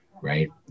right